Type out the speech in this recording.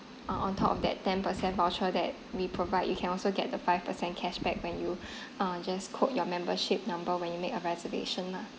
uh on top of that ten percent voucher that we provide you can also get the five percent cashback when you uh just quote your membership number when you make a reservation lah